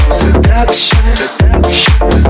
seduction